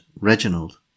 Reginald